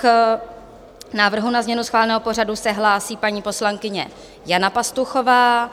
K návrhu na změnu schváleného pořadu se hlásí paní poslankyně Jana Pastuchová.